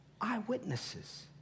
eyewitnesses